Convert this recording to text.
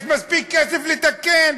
יש מספיק כסף לתקן.